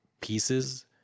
pieces